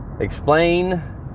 explain